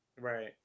right